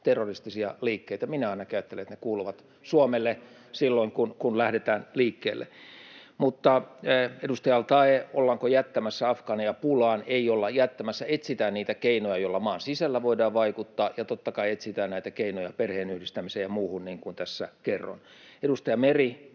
terroristisia liikkeitä. Minä ainakin ajattelen, että ne kuuluvat Suomelle silloin, kun lähdetään liikkeelle. Edustaja al-Taee, ollaanko jättämässä afgaaneja pulaan: Ei olla jättämässä. Etsitään niitä keinoja, joilla maan sisällä voidaan vaikuttaa, ja totta kai etsitään näitä keinoja perheenyhdistämiseen ja muuhun, niin kuin tässä kerroin. Edustaja Meri,